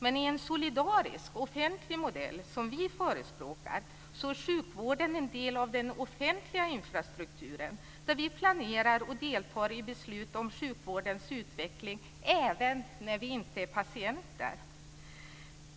Men i en solidarisk och offentlig modell, som vi förespråkar, är sjukvården en del av den offentliga infrastrukturen. Vi planerar och deltar i beslut om sjukvårdens utveckling även när vi inte är patienter.